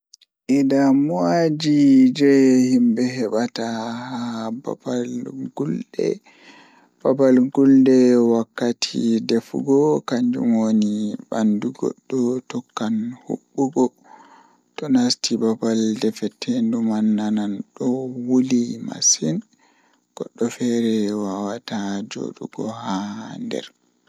Njaram jei mi burdaa yiduki kanjum woni koka kola don balwi ni haa nder fandu manmi andaa nobe wadirta dum kam amma kanjum mi burdaa yiduki nden bo don wela m masin.